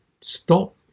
stop